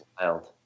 wild